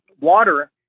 water